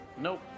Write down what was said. Nope